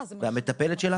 והמטפלת שלה,